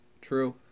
True